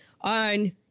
On